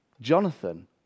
Jonathan